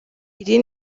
iri